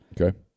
Okay